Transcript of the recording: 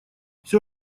все